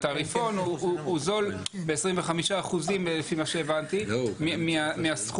התעריפון הוא זול ב-25% ממה שהבנתי מהסכום,